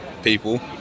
people